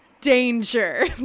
danger